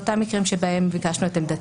את אותם מקרים בהם ביקשנו את עמדתו.